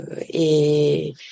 et